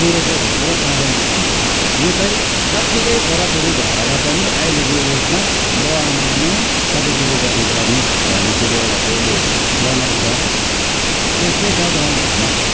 बुढोको धोक्रो काँधैमाथि यो चाहिँ जत्तिकै छोराछोरी भएर पनि अहिलेको उयेसमा बाबु आमाले नै सबै कुरो गर्नुपर्ने भन्ने कुरो एउटा यसले जनाउँछ त्यस्तै छ गाउँघरमा